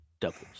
Doubles